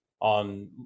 on